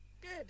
Good